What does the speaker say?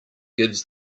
gives